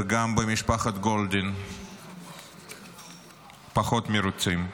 וגם במשפחת גולדין פחות מרוצים.